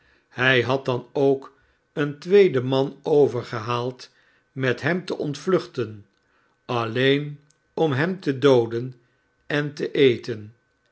hij had dan ook een tweeden man overgehaald met hem te ontvluchten alleen om hem te dooden en teeten